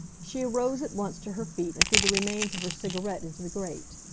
she arose at once to her feet and threw the remains of her cigarette into the grate.